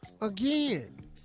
Again